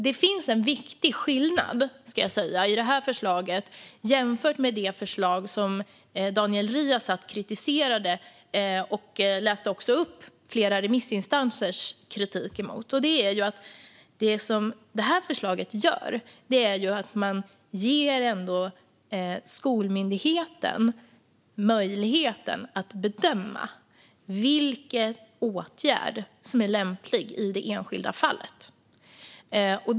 Det finns en viktig skillnad i detta förslag jämfört med det förslag som Daniel Riazat kritiserade - han läste också upp flera remissinstansers kritik mot det - och det är att man ger skolmyndigheten möjlighet att bedöma vilken åtgärd som är lämplig i det enskilda fallet.